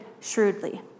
shrewdly